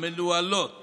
המנוהלות